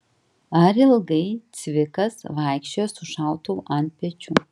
ar ilgai cvikas vaikščiojo su šautuvu ant pečių